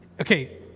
Okay